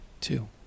two